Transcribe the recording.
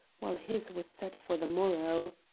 while his was set for the morrow.